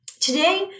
Today